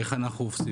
איך אנחנו עושים,